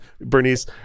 bernice